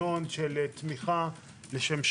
היצרנים הגישו את כל המסמכים שצריך.